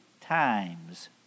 times